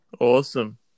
Awesome